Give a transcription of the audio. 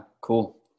Cool